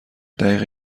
دقیقه